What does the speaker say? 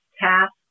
task